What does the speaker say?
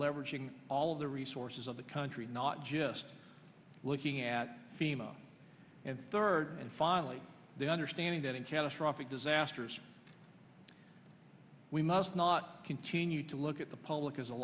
leveraging all of the resources of the country not just looking at fema and third and finally the understanding that in catastrophic disasters we must not continue to look at the public as a